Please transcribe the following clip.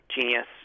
genius